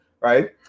right